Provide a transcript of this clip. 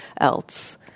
else